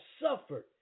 suffered